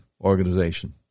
organization